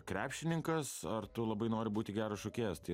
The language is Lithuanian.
krepšininkas ar tu labai nori būti geras šokėjas tai